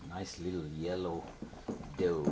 nice little yellow do